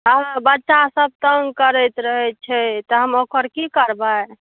हँ बच्चा सब तङ्ग करैत रहैत छै तऽ हम ओकर की करबै